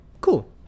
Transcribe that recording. cool